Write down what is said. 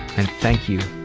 and thank you,